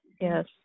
yes